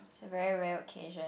it's a very rare occasion